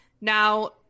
Now